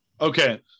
Okay